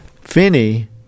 Finney